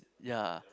ya